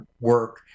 work